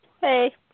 Hey